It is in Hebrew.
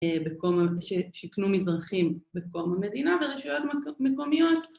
שיכנו מזרחים בקום המדינה, ורשויות מקומיות